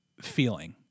feeling